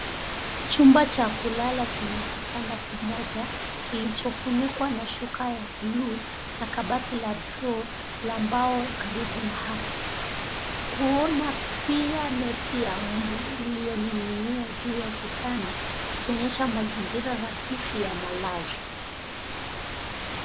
Chumba cha kulala chenye kitanda kimoja kilichofunikwa na shuka ya buluu na kabati la droo la mbao karibu na hapo. Kuna pia neti ya mbu iliyoning'inia juu ya kitanda, ikionyesha mazingira rahisi ya malazi.